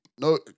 No